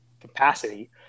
capacity